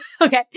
Okay